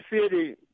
city